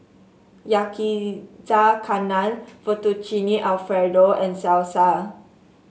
Yakizakana Fettuccine Alfredo and Salsa